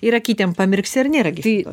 ir akytėm pamirksi ar nėra gi šito